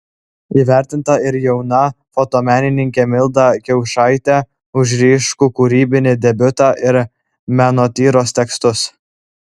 įvertinta ir jauna fotomenininkė milda kiaušaitė už ryškų kūrybinį debiutą ir menotyros tekstus